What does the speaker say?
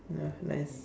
ya nice